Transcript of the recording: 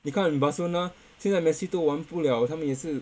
你看 Barcelona 现在 messi 都玩不了他们也是